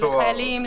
לחיילים,